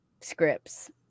scripts